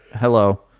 Hello